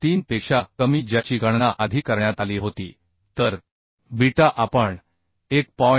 443 पेक्षा कमी ज्याची गणना आधी करण्यात आली होती तर बीटा आपण 1